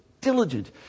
Diligent